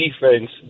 defense